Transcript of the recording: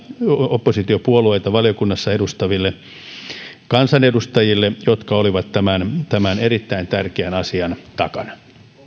oppositiopuolueita valiokunnassa edustaville kansanedustajille jotka olivat tämän tämän erittäin tärkeän asian takana